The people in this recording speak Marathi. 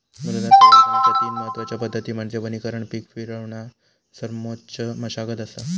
मृदा संवर्धनाच्या तीन महत्वच्या पद्धती म्हणजे वनीकरण पीक फिरवणा समोच्च मशागत असा